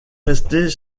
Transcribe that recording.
rester